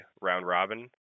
round-robin